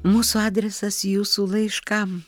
mūsų adresas jūsų laiškam